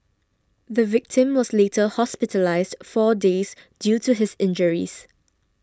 the victim was later hospitalised four days due to his injuries